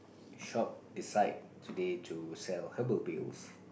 shop is like today to sell herbal pills